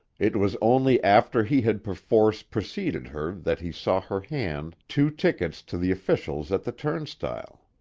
it was only after he had perforce preceded her that he saw her hand two tickets to the officials at the turnstile.